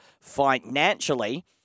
financially